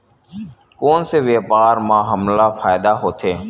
कोन से व्यापार म हमला फ़ायदा होथे?